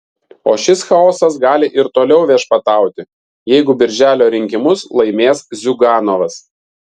o šis chaosas gali ir toliau viešpatauti jeigu birželio rinkimus laimės ziuganovas